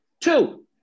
Two